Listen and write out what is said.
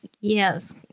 Yes